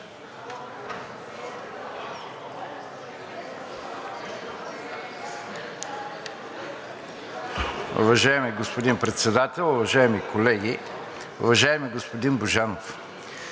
Уважаеми господин Председател, уважаеми колеги, уважаеми господин Божанов!